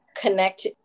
connect